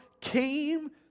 came